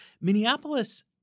Minneapolis